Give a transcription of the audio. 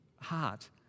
heart